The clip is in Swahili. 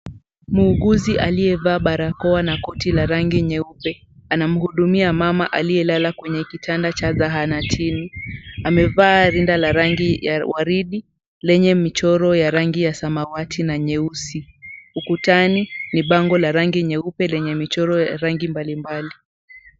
Muuguzi alievaa barakoa na koti la rangi nyeupe anamhudumia mama alielala kwenye kitanda cha zahanatini. Amevaa rinda la rangi ya waridi lenye michoro ya rangi ya samawati na nyeusi. Ukutani, ni bango la rangi nyeupe lenye michoro ya rangi mbalimbali.